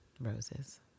roses